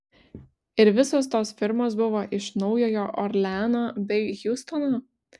ir visos tos firmos buvo iš naujojo orleano bei hjustono